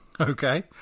okay